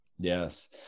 Yes